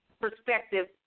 perspective